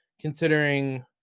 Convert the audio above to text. considering